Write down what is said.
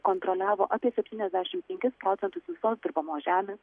kontroliavo apie septyniasdešim penkis procentus visos dirbamos žemės